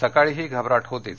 सकाळीही घबराट होतीच